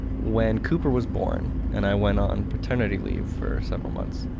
when cooper was born and i went on paternity leave for several months,